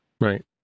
Right